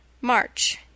March